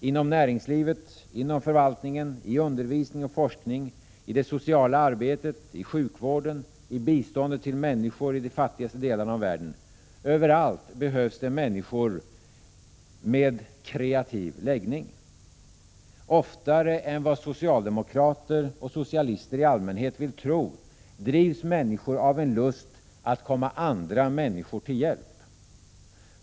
Inom näringslivet, inom förvaltningen, i undervisning och forskning, i det sociala arbetet, i sjukvården, i biståndet till människor i de fattigaste delarna av världen: överallt behövs människor med kreativ läggning. Oftare än vad socialdemokrater och socialister i allmänhet vill tro drivs människor av en lust att komma andra människor till hjälp.